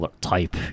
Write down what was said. type